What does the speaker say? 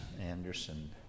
Anderson